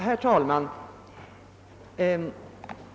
Herr talman!